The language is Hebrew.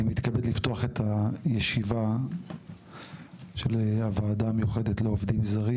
אני מתכבד לפתוח את הישיבה של הוועדה המיוחדת לעובדים זרים,